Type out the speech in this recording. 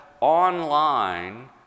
online